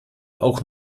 auch